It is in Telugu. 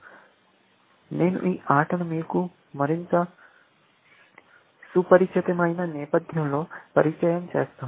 కాబట్టి నేను ఈ ఆటను మీకు మరింత సుపరిచితమైన నేపథ్యంలో పరిచయం చేస్తాను